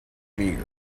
meager